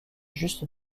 juste